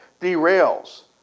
derails